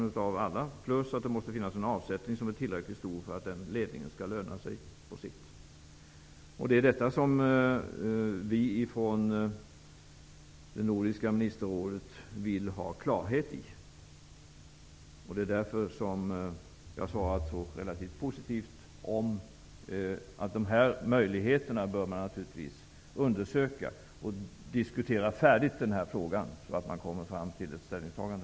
Dessutom måste det finnas en avsättning som är tillräckligt stor för att ledningen skall löna sig på sikt. Det är det som vi i det nordiska ministerrådet vill ha klarhet i. Därför har jag svarat relativt positivt och sagt att man naturligtvis bör undersöka dessa möjligheter och diskutera frågan så att man kommer till ett ställningstagande.